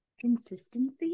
consistency